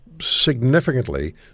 significantly